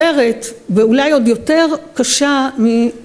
מרת ואולי עוד יותר קשה מ